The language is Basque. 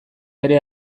ere